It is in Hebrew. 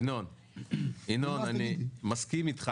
ינון, אני מסכים אתך